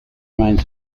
remains